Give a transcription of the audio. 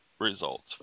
results